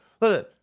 listen